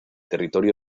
territorio